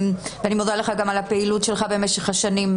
ואני מודה לך גם על הפעילות שלך במשך השנים,